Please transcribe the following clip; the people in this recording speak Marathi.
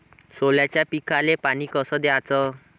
सोल्याच्या पिकाले पानी कस द्याचं?